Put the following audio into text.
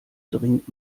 dringend